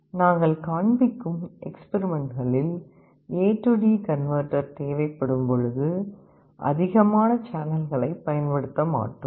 நாங்கள் காண்பிக்கும் எக்ஸ்பிரிமண்ட்களில் ஏ| டிAD கன்வெர்ட்டர் தேவைப்படும்போது அதிகமான சேனல்களைப் பயன்படுத்த மாட்டோம்